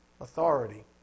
authority